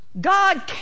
God